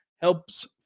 Helps